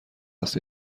است